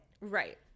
Right